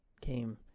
came